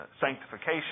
sanctification